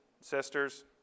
sisters